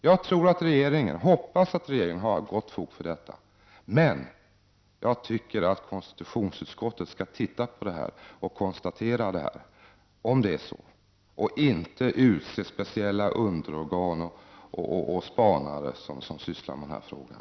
Jag tror och hoppas att regeringen har gott fog för detta, men jag tycker att konstitutionsutskottet skall undersöka och konstatera om det är så, inte utse speciella underorgan och spanare som skall syssla med frågan.